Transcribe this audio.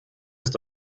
ist